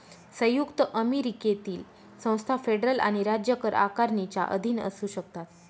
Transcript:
संयुक्त अमेरिकेतील संस्था फेडरल आणि राज्य कर आकारणीच्या अधीन असू शकतात